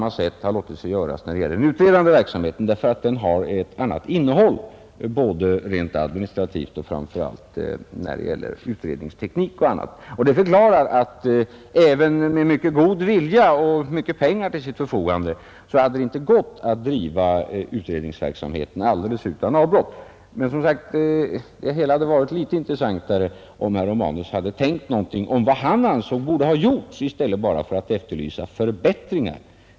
Men det går inte att göra på samma sätt för den utredande verksamheten, därför att den har ett annat innehåll både administrativt och framför allt när det gäller utredningsteknik och annat. Detta förklarar att man inte ens med mycket god vilja och mycket pengar till sitt förfogande hade kunnat driva utredningsverksamheten alldeles utan avbrott. Men som sagt, det hade varit mera intressant om herr Romanus hade tänkt något på vad han ansåg borde ha gjorts, i stället för att bara efterlysa förbättringar.